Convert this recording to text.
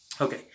Okay